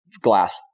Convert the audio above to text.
glass